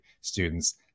students